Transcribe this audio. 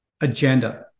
agenda